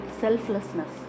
selflessness